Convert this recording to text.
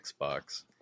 xbox